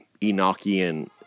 Enochian